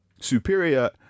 superior